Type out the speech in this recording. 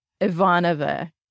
Ivanova